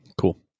cool